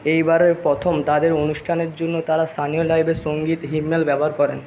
এইবারে প্রথম তাদের অনুষ্ঠানের জন্য তারা স্থানীয় লাইভে সঙ্গীত হিম্মেল ব্যবহার করেন